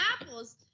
apples